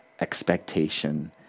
expectation